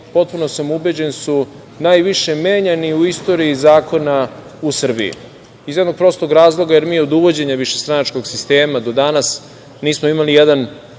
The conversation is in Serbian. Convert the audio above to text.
potpuno sam ubeđen, najviše menjani u istoriji zakona u Srbiji, iz jednog prostog razloga jer mi od uvođenja višestranačkog sistema do danas nismo imali jedan